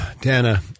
Dana